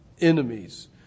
enemies